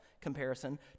comparison